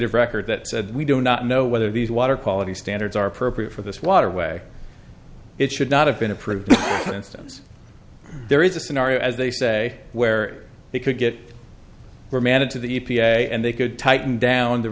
e record that said we do not know whether these water quality standards are appropriate for this waterway it should not have been approved instance there is a scenario as they say where they could get remanded to the e p a and they could tighten down the